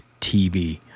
TV